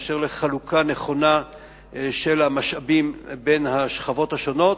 באשר לחלוקה נכונה של המשאבים בין השכבות השונות,